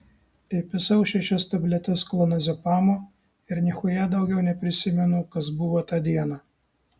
įpisau šešias tabletes klonazepamo ir nichuja daugiau neprisimenu kas buvo tą dieną